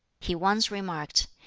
he once remarked,